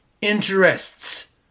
interests